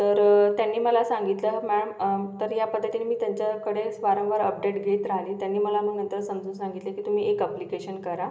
तर त्यांनी मला सांगितलं मॅम तरी या पद्धतीनी मी त्यांच्याकडेच वारंवार अपडेट घेत राहली त्यांनी मला मग नंतर समजवून सांगितले की तुम्ही एक अप्लिकेशन करा